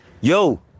Yo